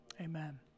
amen